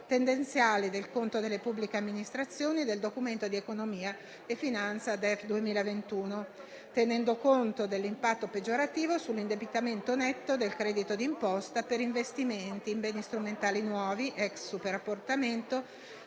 tendenziali del conto delle pubbliche amministrazioni del Documento di economia e finanza del 2021, tenendo conto dell'impatto peggiorativo sull'indebitamento netto del credito d'imposta per investimenti in beni strumentali nuovi (ex superammortamento)